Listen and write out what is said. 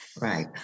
Right